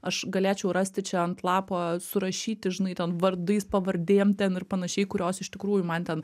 aš galėčiau rasti čia ant lapo surašyti žinai ten vardais pavardėm ten ir panašiai kurios iš tikrųjų man ten